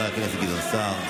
לחבר הכנסת גדעון סער.